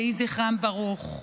יהי זכרם ברוך.